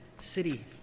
city